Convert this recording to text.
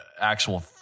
actual